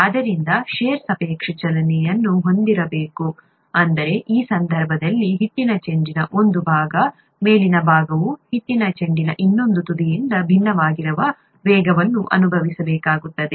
ಆದ್ದರಿಂದ ಷೇರ್ ಸಾಪೇಕ್ಷ ಚಲನೆಯನ್ನು ಹೊಂದಿರಬೇಕು ಅಂದರೆ ಈ ಸಂದರ್ಭದಲ್ಲಿ ಹಿಟ್ಟಿನ ಚೆಂಡಿನ ಒಂದು ಭಾಗ ಮೇಲಿನ ಭಾಗವು ಹಿಟ್ಟಿನ ಚೆಂಡಿನ ಇನ್ನೊಂದು ತುದಿಯಿಂದ ಭಿನ್ನವಾಗಿರುವ ವೇಗವನ್ನು ಅನುಭವಿಸಬೇಕಾಗುತ್ತದೆ